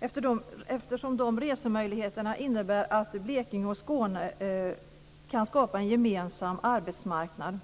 eftersom de resemöjligheterna innebär att Blekinge och Skåne kan skapa en gemensam arbetsmarknad.